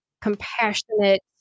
compassionate